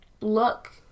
look